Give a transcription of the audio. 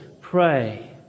pray